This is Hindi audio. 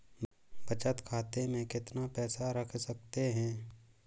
बचत खाते में कितना पैसा रख सकते हैं?